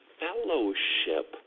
fellowship